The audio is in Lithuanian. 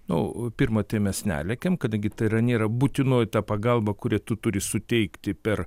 nu pirma tai mes nelekiam kadangi tai yra nėra būtinoji ta pagalba kurią tu turi suteikti per